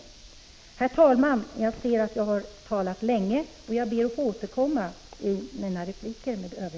Herr talman! Jag ser att jag har talat länge, och jag ber att få återkomma i mina repliker.